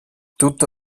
tutto